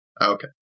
Okay